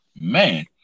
man